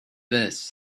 this